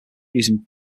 using